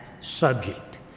subject